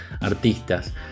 artistas